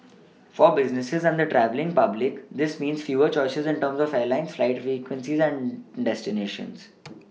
for businesses and the travelling public this means fewer choices in terms of Airlines flight frequencies and destinations